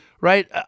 right